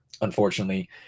unfortunately